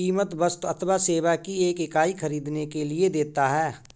कीमत वस्तु अथवा सेवा की एक इकाई ख़रीदने के लिए देता है